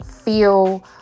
feel